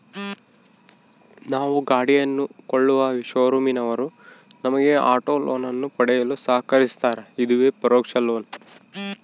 ನಾವು ಗಾಡಿಯನ್ನು ಕೊಳ್ಳುವ ಶೋರೂಮಿನವರು ನಮಗೆ ಆಟೋ ಲೋನನ್ನು ಪಡೆಯಲು ಸಹಕರಿಸ್ತಾರ, ಇದುವೇ ಪರೋಕ್ಷ ಲೋನ್